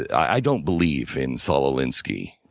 i don't believe in saul alinsky,